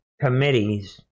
committees